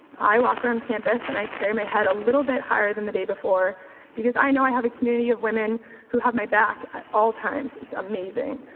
i walk around campus and i carry my head a little bit higher than the day before because i know i have a community of women who have my back at all times, it's amazing.